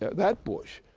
that bush,